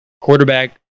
quarterback